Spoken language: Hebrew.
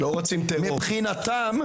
מבחינתם,